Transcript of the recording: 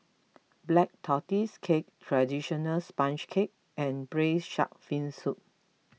Black Tortoise Cake Traditional Sponge Cake and Braised Shark Fin Soup